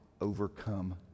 overcome